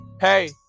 Hey